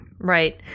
right